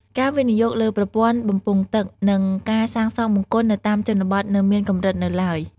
ការវិនិយោគលើប្រព័ន្ធបំពង់ទឹក និងការសាងសង់បង្គន់នៅតាមជនបទនៅមានកម្រិតនៅឡើយ។